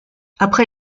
après